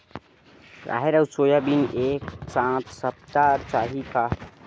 राहेर अउ सोयाबीन एक साथ सप्ता चाही का?